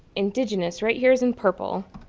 indigenous right here is in purple.